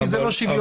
כי זה לא שוויוני.